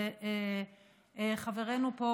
וחברנו פה,